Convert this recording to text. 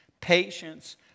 patience